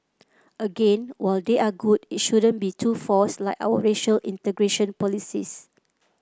again while they are good it shouldn't be too forced like our racial integration policies